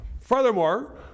furthermore